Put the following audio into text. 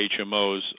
HMOs